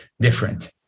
different